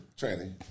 Tranny